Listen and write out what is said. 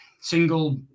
single